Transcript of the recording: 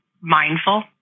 mindful